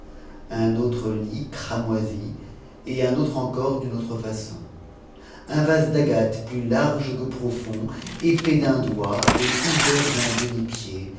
un autre lit cramoisi et un autre encore d'une autre façon un vase d'agate plus large que profond épais d'un doigt et ouvert d'un